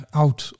oud